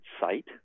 site